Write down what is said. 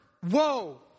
whoa